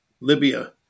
Libya